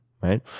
right